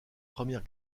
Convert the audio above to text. première